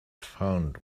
found